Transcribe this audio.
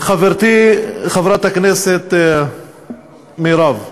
חברתי חברת הכנסת מירב,